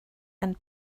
and